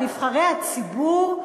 על נבחרי הציבור,